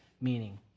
meaning